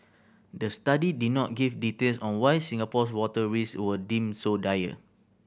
the study did not give details on why Singapore's water risks were deemed so dire